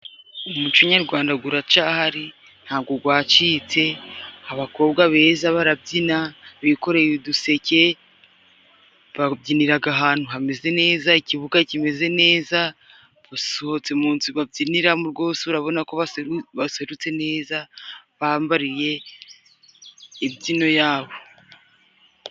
Umuco nyarwanda guracyahari ntabwo gwacitse. Abakobwa beza barabyina bikoreye uduseke, babyiniraga ahantu hameze neza, ikibuga kimeze neza, basohotse mu nzu babyiniramo, gwose urabona ko baserutse neza, bambariye imbyino yabo.